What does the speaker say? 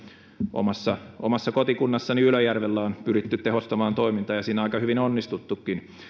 omassa omassa kotikunnassani ylöjärvellä on pyritty tehostamaan toimintaa ja siinä on aika hyvin onnistuttukin